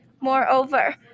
Moreover